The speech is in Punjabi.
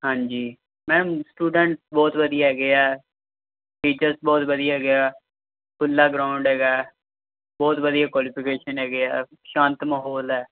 ਹਾਂਜੀ ਮੈਮ ਸਟੂਡੈਂਟ ਬਹੁਤ ਵਧੀਆ ਹੈਗੇ ਆ ਟੀਚਰਸ ਬਹੁਤ ਵਧੀਆ ਹੈਗੇ ਆ ਖੁੱਲ੍ਹਾ ਗਰਾਊਂਡ ਹੈਗਾ ਬਹੁਤ ਵਧੀਆ ਕੁਆਲੀਫਿਕੇਸ਼ਨ ਹੈਗੇ ਆ ਸ਼ਾਂਤ ਮਾਹੌਲ ਹੈ